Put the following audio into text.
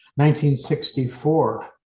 1964